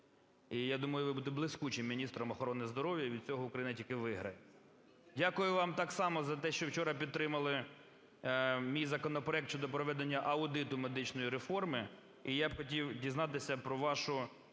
І я думаю, ви будете блискучим міністром охорони здоров'я, і від цього Україна тільки виграє. Дякую вам так само за те, що вчора підтримали мій законопроект щодо проведення аудиту медичної реформи, і я б хотів дізнатися про вашу